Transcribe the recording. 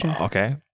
okay